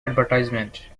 advertisement